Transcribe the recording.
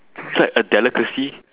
so it's like a delicacy